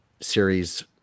series